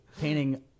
Painting